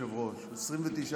29 בדצמבר,